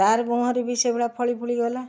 ତାରି ମୁହଁରେ ବି ସେଇ ଭଳିଆ ଫଳି ଫଳି ଗଲା